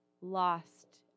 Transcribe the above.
lost